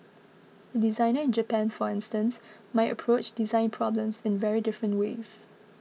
a designer in Japan for instance might approach design problems in very different ways